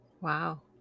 Wow